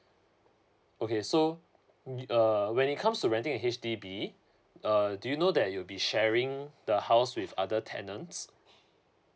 okay so uh when it comes to renting a H_D_B err do you know that you'll be sharing the house with other tenants